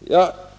detta.